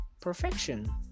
perfection